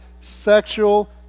sexual